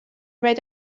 red